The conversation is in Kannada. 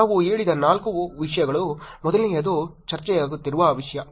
ನಾವು ಹೇಳಿದ ನಾಲ್ಕು ವಿಷಯಗಳು ಮೊದಲನೆಯದು ಚರ್ಚೆಯಾಗುತ್ತಿರುವ ವಿಷಯ